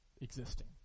existing